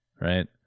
Right